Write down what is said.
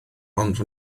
ond